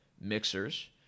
mixers